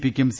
പിക്കും സി